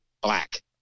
black